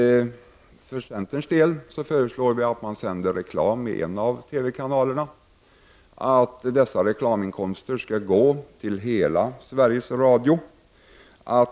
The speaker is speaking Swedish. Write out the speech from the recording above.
Vi i centern föreslår att man sänder reklam i en av TV-kanalerna. Dessa reklaminkomster skall gå till hela Sveriges Radio.